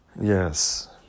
Yes